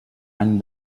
any